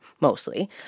mostly